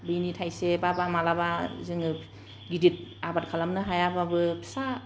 बिनि थायसे एबा माब्लाबा जोङो गेदेर आबाद खालामनो हायाब्लाबो फिसा